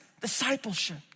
discipleship